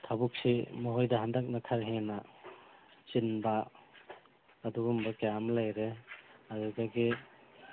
ꯊꯕꯛꯁꯤ ꯃꯈꯣꯏꯗ ꯍꯟꯗꯛꯅ ꯈꯔ ꯍꯦꯟꯅ ꯆꯤꯟꯕ ꯑꯗꯨꯒꯨꯝꯕ ꯀꯌꯥ ꯑꯃ ꯂꯩꯔꯦ ꯑꯗꯨꯗꯒꯤ